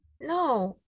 No